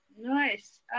Nice